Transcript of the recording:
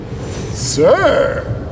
Sir